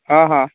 हा हा